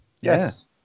Yes